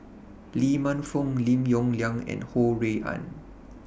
Lee Man Fong Lim Yong Liang and Ho Rui An